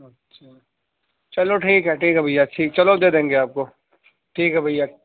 اچھا چلو ٹھیک ہے ٹھیک ہے بھیا ٹھیک چلو دے دیں گے آپ کو ٹھیک ہے بھیا